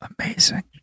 amazing